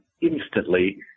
instantly